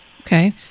okay